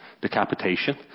decapitation